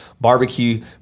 barbecue